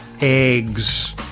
eggs